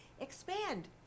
Expand